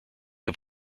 heb